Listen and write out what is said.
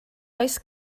oes